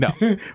No